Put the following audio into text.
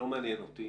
לא מעניין אותי,